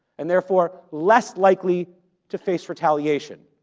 and therefore, less likely to face retaliation,